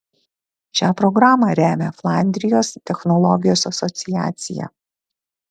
šią programą remia flandrijos technologijos asociacija